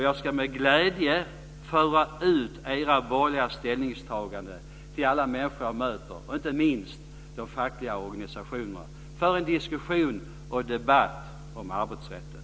Jag ska med glädje föra ut era borgerliga ställningstaganden till alla människor jag möter, inte minst till de fackliga organisationerna, för en diskussion och debatt om arbetsrätten.